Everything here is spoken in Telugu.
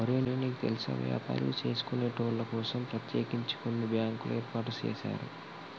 ఒరే నీకు తెల్సా వ్యాపారులు సేసుకొనేటోళ్ల కోసం ప్రత్యేకించి కొన్ని బ్యాంకులు ఏర్పాటు సేసారు